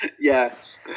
Yes